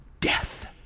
death